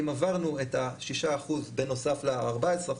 אם עברנו את ה-6% בנוסף ל-14%,